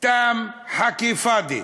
סתם חכי פאד'י.